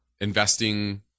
investing